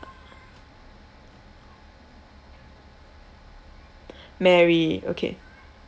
mary okay